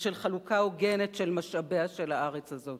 ושל חלוקה הוגנת של משאביה של הארץ הזאת.